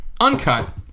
uncut